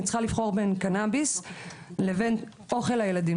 אני צריכה לבחור בין קנאביס לבין אוכל לילדים